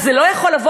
אז זה לא יכול לבוא?